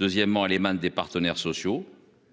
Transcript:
Deuxièmement les mains des partenaires sociaux